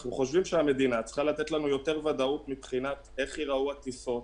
אנחנו חושבים שהמדינה צריכה לתת לנו יותר ודאות איך ייראו הטיסות.